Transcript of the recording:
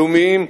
לאומיים,